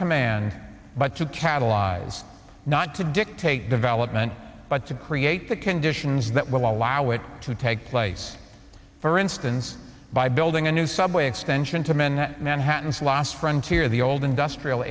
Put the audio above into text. command but to catalyze not to dictate development but to create the conditions that will allow it to take place for instance by building a new subway extension to man manhattan's last frontier the old industrial